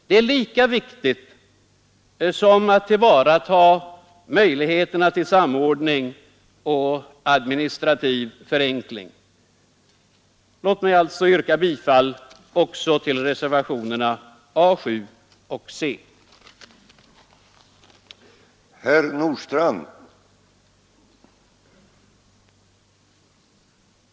Det är lika viktigt som att tillvarata möjligheterna till samordning och administrativ förenkling. Jag vill alltså yrka bifall också till reservationerna A 7 och C.